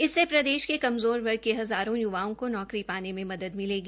इससे प्रदेश के कमजोर वर्ग के हजारों य्वाओं को नौकरी पाने में मदद मिलेगी